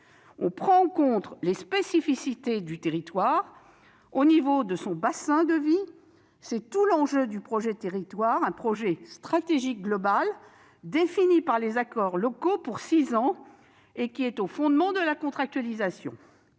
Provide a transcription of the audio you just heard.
On prend en compte les spécificités du territoire à l'échelle de son bassin de vie ; c'est tout l'enjeu du projet de territoire, un projet stratégique global défini par les accords locaux pour six ans et qui est au fondement de la contractualisation.